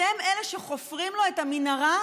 אתם אלה שחופרים לו את המנהרה,